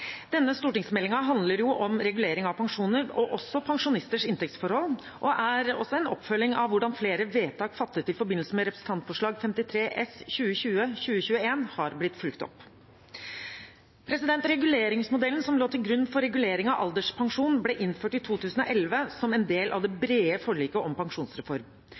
Denne stortingsmeldingen handler om regulering av pensjoner og også pensjonisters inntektsforhold, og den er også en oppfølging av hvordan flere vedtak fattet i forbindelse med Representantforslag 53 S for 2020–2021 har blitt fulgt opp. Reguleringsmodellen som lå til grunn for regulering av alderspensjon, ble innført i 2011 som en del av det brede forliket om pensjonsreform.